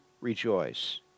rejoice